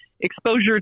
exposure